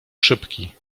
szybki